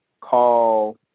call